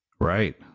Right